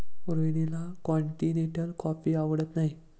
रोहिणीला continental coffee आवडत नाही